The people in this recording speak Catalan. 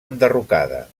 enderrocada